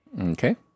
Okay